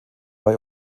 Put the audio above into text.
bei